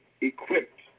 equipped